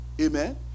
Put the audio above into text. Amen